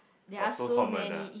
oh so common nah